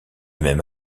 même